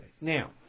Now